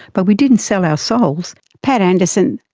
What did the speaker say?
but we didn't sell our souls. pat anderson,